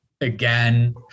again